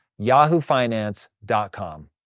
yahoofinance.com